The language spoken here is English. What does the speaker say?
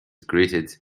greeted